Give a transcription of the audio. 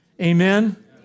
Amen